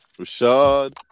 Rashad